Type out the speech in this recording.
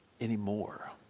anymore